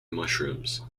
mushrooms